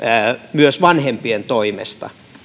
myös vanhempien toimesta